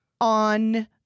on